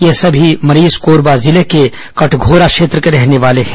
ये सभी आठ मरीज कोरबा जिले के कटघोरा क्षेत्र के रहने वाले हैं